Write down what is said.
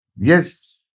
Yes